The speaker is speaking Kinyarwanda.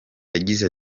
yagize